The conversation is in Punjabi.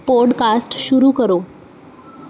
ਪੋਡਕਾਸਟ ਸ਼ੁਰੂ ਕਰੋ